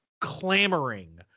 clamoring